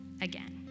again